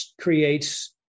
creates